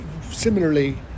similarly